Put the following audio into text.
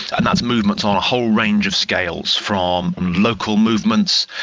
and that's movements on a whole range of scales, from local movements,